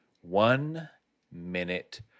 one-minute